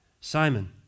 Simon